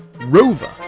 Rover